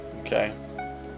okay